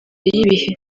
y’ibihe